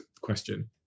question